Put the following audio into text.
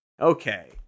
Okay